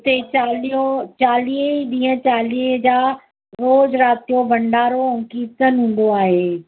उते चालीहो चालीह ॾींहं चालीह जा रोज़ु राति जो भंडारो ऐं कीर्तन हूंदो आहे